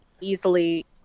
easily